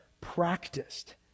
practiced